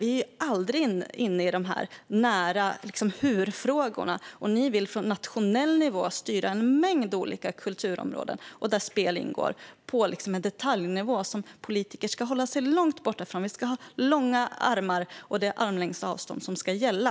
Vi är aldrig inne i de nära frågorna - hur-frågorna - men Sverigedemokraterna vill från nationell nivå styra en mängd olika kulturområden där spel ingår, på en detaljnivå som politiker ska hålla sig långt borta ifrån. Vi ska ha långa armar, och det är armlängds avstånd som ska gälla.